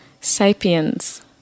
Sapiens